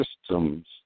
systems